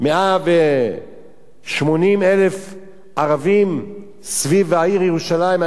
180,000 ערבים סביב העיר ירושלים, העיר העתיקה,